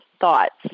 thoughts